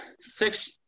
six